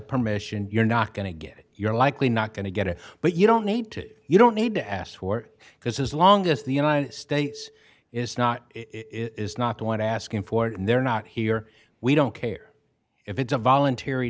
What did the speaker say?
permission you're not going to get it you're likely not going to get it but you don't need to you don't need to ask for it because as long as the united states is not is not going to ask him for it and they're not here we don't care if it's a voluntary